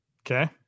Okay